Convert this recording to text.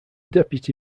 deputy